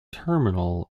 terminal